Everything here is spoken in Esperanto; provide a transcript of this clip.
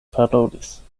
parolis